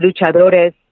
luchadores